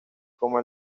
como